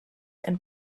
and